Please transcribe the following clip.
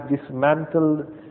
dismantled